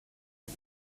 had